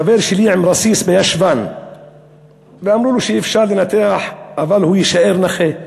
חבר שלי עם רסיס בישבן ואמרו לו שאפשר לנתח אבל הוא יישאר נכה.